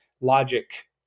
logic